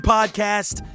Podcast